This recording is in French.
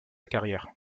carrière